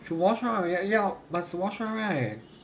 should wash now right ya must wash right